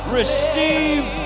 receive